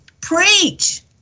Preach